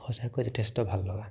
সঁচাকৈ যথেষ্ট ভাল লগা